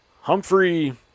Humphrey